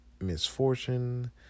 misfortune